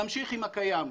נמשיך עם הקיים.